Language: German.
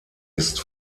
ist